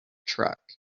truck